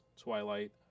Twilight